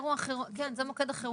כן, זה מוקד החירום.